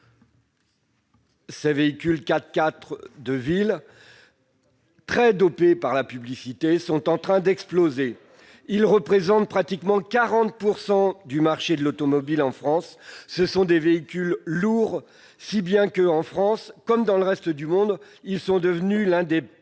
ces véhicules 4x4 de ville, très dopées par la publicité, sont en train d'exploser et représentent aujourd'hui pratiquement 40 % du marché de l'automobile en France. Il s'agit de véhicules lourds, si bien que, en France comme dans le reste du monde, ils sont devenus l'un des